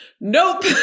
nope